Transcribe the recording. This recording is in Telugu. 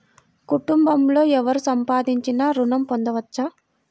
కుటుంబంలో ఎవరు సంపాదించినా ఋణం పొందవచ్చా?